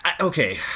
Okay